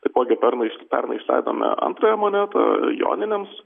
taipogi pernai pernai išleidome antrąją monetą joninėms